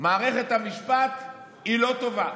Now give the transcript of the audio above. ושמערכת המשפט היא לא טובה,